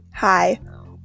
Hi